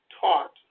taught